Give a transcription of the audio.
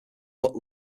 but